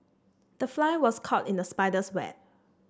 the fly was caught in the spider's web